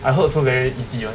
I hope so very easy [one]